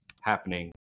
happening